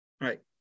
Right